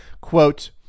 quote